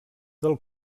del